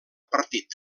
partit